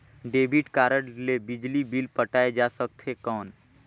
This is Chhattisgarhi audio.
डेबिट कारड ले बिजली बिल पटाय जा सकथे कौन?